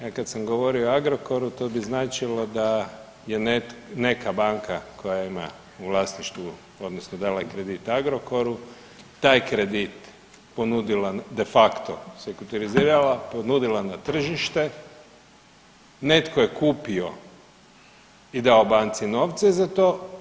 Ja kad sam govorio o Agrokoru to bi značilo da je neka banka koja ima u vlasništvu, odnosno dala je kredit Agrokoru taj kredit ponudila de facto sekuritizirala, ponudila na tržište, netko je kupio i dao banci novce za to.